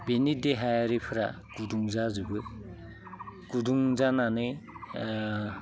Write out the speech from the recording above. बिनि देहायारिफ्रा गुदुं जाजोबो गुदुं जानानै